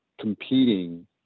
competing